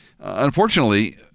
Unfortunately